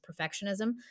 perfectionism